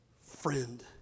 Friend